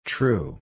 True